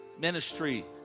ministry